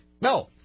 No